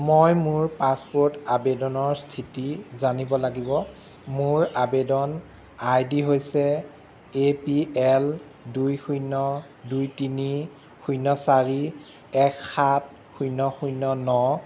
মই মোৰ পাছপ'ৰ্ট আবেদনৰ স্থিতি জানিব লাগিব মোৰ আবেদন আই ডি হৈছে এ পি এল দুই শূন্য দুই তিনি শূন্য চাৰি এক সাত শূন্য শূন্য ন